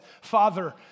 Father